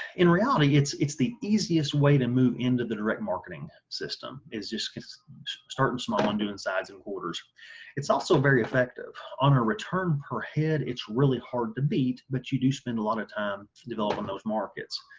in reality it's it's the easiest way to move into the direct marketing system is just starting small and doing sides and quarters it's also very effective on a return per head it's really hard to beat but you do spend a lot of time developing those markets.